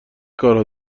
کارها